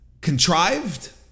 contrived